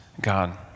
God